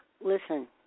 listen